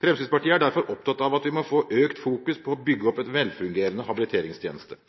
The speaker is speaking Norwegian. Fremskrittspartiet er derfor opptatt av at vi må få økt fokus på å bygge opp en velfungerende habiliteringstjeneste.